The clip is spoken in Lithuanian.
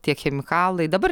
tie chemikalai dabar